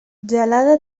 gelada